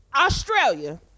Australia